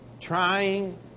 Trying